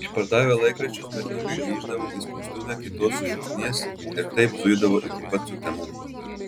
išpardavę laikraščius berniukai grįždavo į spaustuvę kitos šūsnies ir taip zuidavo iki pat sutemų